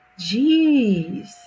Jeez